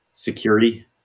Security